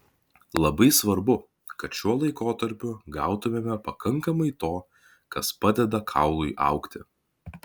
labai svarbu kad šiuo laikotarpiu gautumėme pakankamai to kas padeda kaului augti